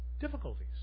difficulties